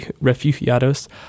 refugiados